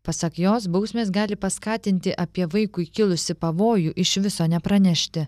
pasak jos bausmės gali paskatinti apie vaikui kilusį pavojų iš viso nepranešti